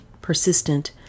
persistent